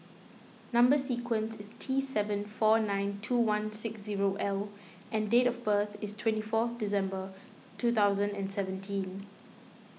Number Sequence is T seven four nine two one six zero L and date of birth is twenty four December two thousand and seventeen